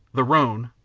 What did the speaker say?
the rhone,